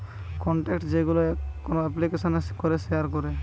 contact যেইগুলো কোন এপ্লিকেশানে করে শেয়ার করে